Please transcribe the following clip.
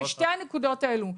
שתי הנקודות האלה.